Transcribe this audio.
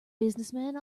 businessmen